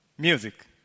Music